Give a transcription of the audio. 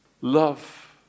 Love